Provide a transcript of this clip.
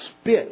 spit